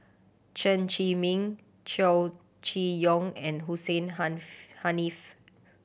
Chen Zhiming Chow Chee Yong and Hussein Haniff